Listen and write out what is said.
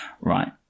Right